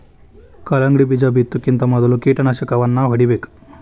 ಕಲ್ಲಂಗಡಿ ಬೇಜಾ ಬಿತ್ತುಕಿಂತ ಮೊದಲು ಕಳೆನಾಶಕವನ್ನಾ ಹೊಡಿಬೇಕ